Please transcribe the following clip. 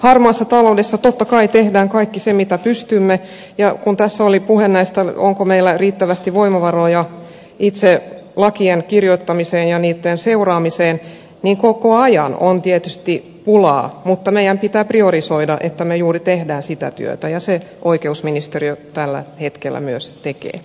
harmaalle taloudelle totta kai teemme kaiken mitä pystymme ja kun tässä oli puhe siitä onko meillä riittävästi voimavaroja itse lakien kirjoittamiseen ja niitten seuraamiseen niin koko ajan on tietysti pulaa mutta meidän pitää priorisoida että me juuri teemme sitä työtä ja sitä oikeusministeriö tällä hetkellä myös tekee